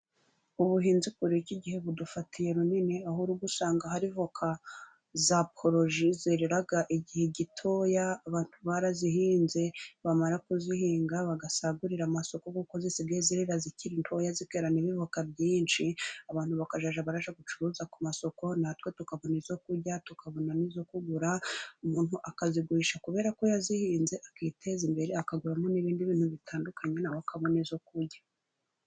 Ubuhinzi muri iki gihe budufatiye runini, ahora uri gusanga harika za poroje zereraga igihe gitoya, abantu barazihinze bamara kuzihinga bagasagurira amasoko, kuko zisigaye zirera zikiri ntoya, zikera n'ibivoka byinshi abantu bakazajya bajya gucuruza ku masoko, natwe tukabona izo kurya tukabona nizo kugura, umuntu akazizigurisha kubera ko yazihinze akiteza imbere akaguramo n'ibindi bintu bitandukanye nawe amakabona izo kurya.